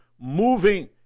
moving